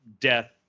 death